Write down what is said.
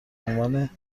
عنوان